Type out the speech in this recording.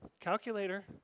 calculator